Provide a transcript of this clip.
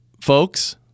folks